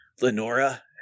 Lenora